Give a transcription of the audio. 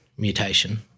mutation